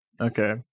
okay